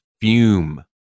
fume